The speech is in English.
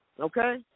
Okay